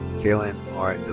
kaylyn r.